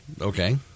okay